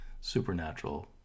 supernatural